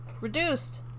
Reduced